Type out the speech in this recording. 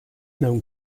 known